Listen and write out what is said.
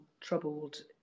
troubled